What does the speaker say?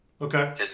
Okay